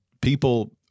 people